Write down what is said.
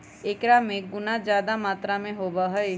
एकरा में गुना जादा मात्रा में होबा हई